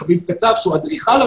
שהוא אדריכל,